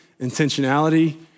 intentionality